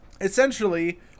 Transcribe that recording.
Essentially